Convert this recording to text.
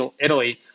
Italy